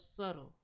subtle